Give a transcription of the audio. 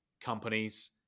companies